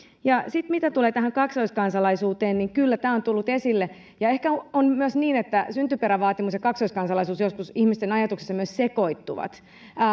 mitä tulee tähän kaksoiskansalaisuuteen niin kyllä tämä on tullut esille ehkä on myös niin että syntyperävaatimus ja kaksoiskansalaisuus joskus ihmisten ajatuksissa myös sekoittuvat